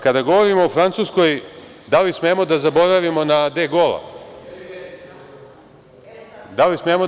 Kada govorimo o Francuskoj, da li smemo da zaboravimo na De Gola?